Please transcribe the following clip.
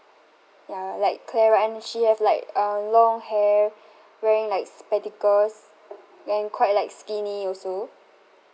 ya like clara and she have like uh long hair wearing like spectacles then quite like skinny also